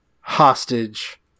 hostage